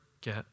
get